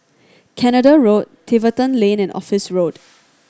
Canada Road Tiverton Lane and Office Road